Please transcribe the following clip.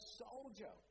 soldier